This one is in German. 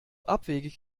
abwegig